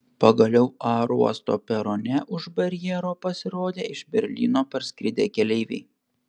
pagaliau aerouosto perone už barjero pasirodė iš berlyno parskridę keleiviai